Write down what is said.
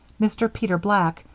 mr. peter black,